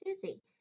Susie